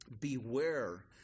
beware